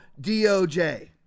DOJ